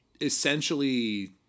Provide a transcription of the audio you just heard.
essentially